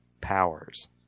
powers